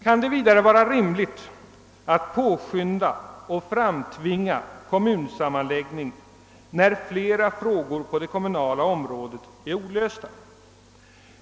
Kan det vidare vara rimligt att påskynda och framtvinga kommunsammanläggningar, när flera frågor på det kommunala området är olösta?